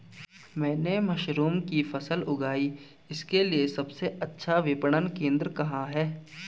मैंने मशरूम की फसल उगाई इसके लिये सबसे अच्छा विपणन केंद्र कहाँ है?